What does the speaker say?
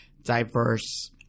diverse